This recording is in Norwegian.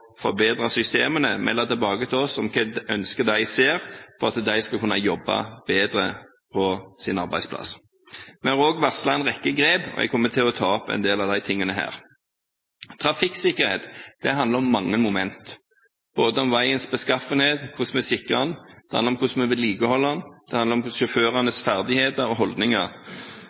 forbedre systemene, melde tilbake til oss om hva slags ønsker de har, for at de skal kunne jobbe bedre på sin arbeidsplass. Vi har også varslet en rekke grep, og jeg kommer til å ta opp en del av de tingene her. Trafikksikkerhet handler om mange momenter, både om veiens beskaffenhet og om hvordan vi sikrer den. Det handler om hvordan vi vedlikeholder den, og det handler om sjåførenes ferdigheter og holdninger.